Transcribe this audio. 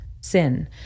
sin